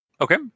Okay